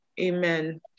Amen